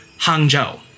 Hangzhou